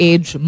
Age